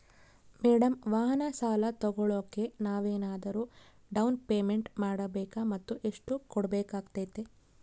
Madam ವಾಹನ ಸಾಲ ತೋಗೊಳೋಕೆ ನಾವೇನಾದರೂ ಡೌನ್ ಪೇಮೆಂಟ್ ಮಾಡಬೇಕಾ ಮತ್ತು ಎಷ್ಟು ಕಟ್ಬೇಕಾಗ್ತೈತೆ?